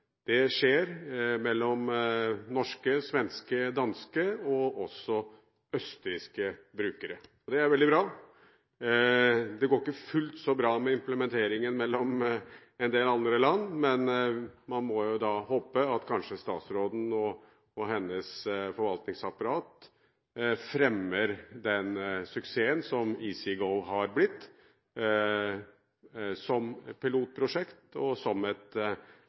Det skjer mellom norske, svenske, danske og også østerrikske brukere, og det er veldig bra. Det går ikke fullt så bra med implementeringen mellom en del andre land, men man må jo håpe at kanskje statsråden og hennes forvaltningsapparat fremmer den suksessen som EasyGo har blitt, som pilotprosjekt, og som et